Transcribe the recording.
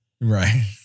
Right